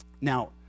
Now